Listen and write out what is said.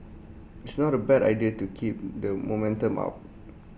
it's not A bad idea to keep that momentum up